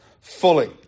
fully